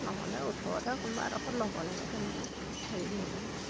নহ'লে ওচৰতে কোনোবা এডোখৰত ল'ব লাগে তেনেকৈ হেৰি কৰি পিনি